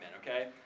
okay